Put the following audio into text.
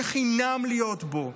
שחינם להיות בו,